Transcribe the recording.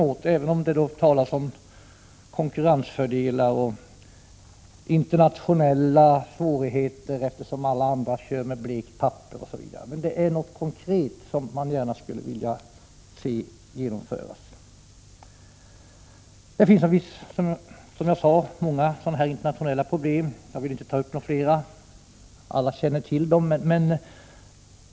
Vill regeringen ta kontakt med skogsindustrin och försöka åstadkomma en större satsning på oblekt papper? Det är en detaljfråga i sammanhanget men en mycket viktig sådan. Det finns många liknande internationella problem. Jag skall inte ta upp flera. Alla känner till dem.